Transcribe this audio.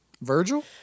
Virgil